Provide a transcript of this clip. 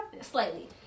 slightly